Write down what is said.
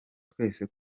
twese